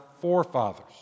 forefathers